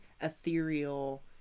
ethereal